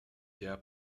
der